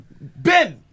Ben